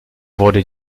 wurde